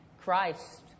Christ